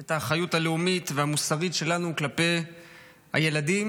את האחריות הלאומית והמוסרית שלנו כלפי הילדים,